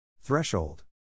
Threshold